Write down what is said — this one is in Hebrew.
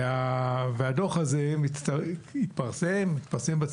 שאני מברך עליו, והדוח הזה התפרסם בציבור,